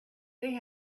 they